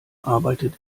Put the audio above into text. arbeitet